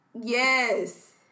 Yes